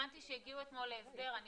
הבנתי שהגיעו אתמול להסדר,